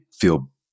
feel